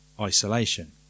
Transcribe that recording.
isolation